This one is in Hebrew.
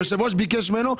היושב-ראש ביקש ממנו,